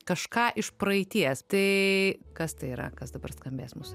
kažką iš praeities tai kas tai yra kas dabar skambės mūsų